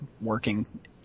working